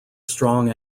strong